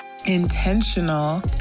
intentional